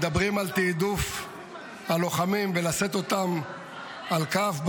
מדברים על תיעדוף הלוחמים ולשאת אותם על כף,